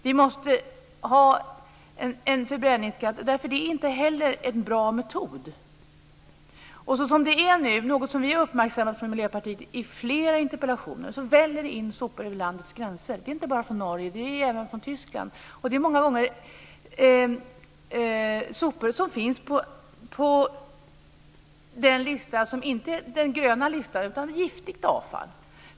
Vi måste få en förbränningsskatt eftersom inte heller förbränning är någon bra metod. I flera interpellationer har vi från Miljöpartiet uppmärksammat att det väller in sopor över landets gränser, inte bara från Norge utan även från Tyskland. Detta är många gånger sopor som inte finns på den gröna listan, utan det är giftigt avfall.